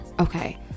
Okay